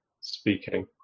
speaking